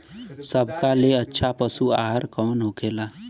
सबका ले अच्छा पशु आहार कवन होखेला?